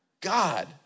God